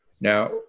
Now